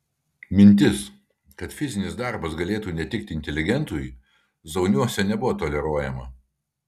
mintis kad fizinis darbas galėtų netikti inteligentui zauniuose nebuvo toleruojama